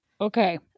Okay